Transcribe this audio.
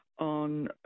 on